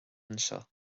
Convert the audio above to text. anseo